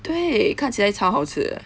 对看起来超好吃的